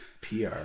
PR